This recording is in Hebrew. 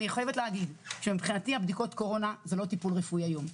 אני חייבת להגיד שמבחינתי בדיקות הקורונה זה לא טיפול רפואי היום,